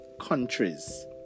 countries